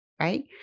Right